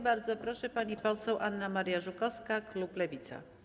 Bardzo proszę, pani poseł Anna Maria Żukowska, klub Lewica.